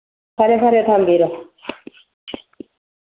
ꯐꯔꯦ ꯐꯔꯦ ꯊꯝꯕꯤꯔꯣ